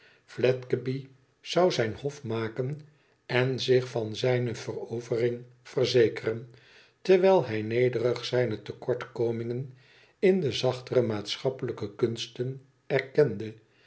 zou zijn hof maken en zich van zijne verovering verzekeren terwijl hij nederig zijne tekortkomingen in de zachtere maatschappelijke kunsten erkende